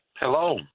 Hello